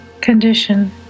condition